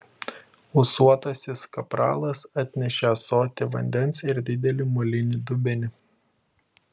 ūsuotasis kapralas atnešė ąsotį vandens ir didelį molinį dubenį